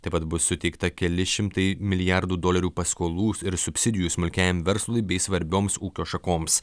taip pat bus suteikta keli šimtai milijardų dolerių paskolų ir subsidijų smulkiajam verslui bei svarbioms ūkio šakoms